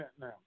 now